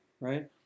right